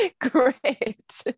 Great